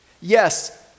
Yes